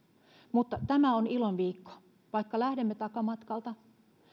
mutta tämä on ilon viikko vaikka lähdemme takamatkalta